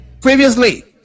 previously